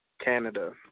Canada